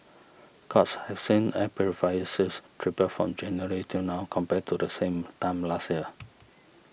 courts has seen air purifier sales triple from January till now compared to the same time last year